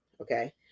okay